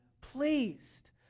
pleased